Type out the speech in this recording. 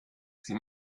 sie